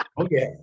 Okay